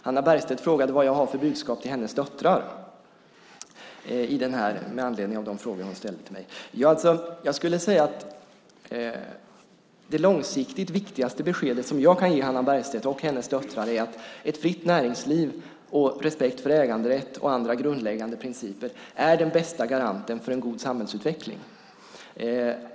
Hannah Bergstedt frågade vad jag har för budskap till hennes döttrar med anledning av de frågor hon ställde till mig. Jag skulle säga att det långsiktigt viktigaste beskedet som jag kan ge Hannah Bergstedt och hennes döttrar är att ett fritt näringsliv och respekt för äganderätt och andra grundläggande principer är den bästa garanten för en god samhällsutveckling.